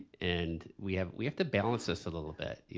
and we have we have to balance this a little bit. yeah